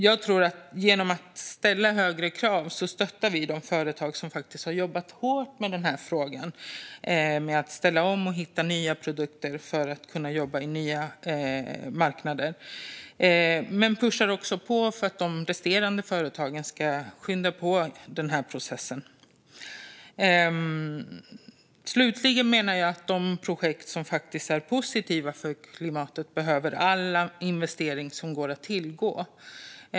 Jag tror att genom att ställa högre krav stöttar vi de företag som faktiskt har jobbat med att ställa om och hitta nya produkter för att kunna jobba på nya marknader, men vi pushar också på för att de resterande företagen ska skynda på den här processen. Jag menar att de projekt som är positiva för klimatet behöver alla investeringar som går att tillgå.